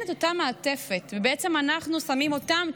אין את אותה מעטפת ובעצם אנחנו שמים אותם,